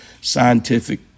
scientific